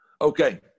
Okay